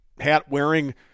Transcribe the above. hat-wearing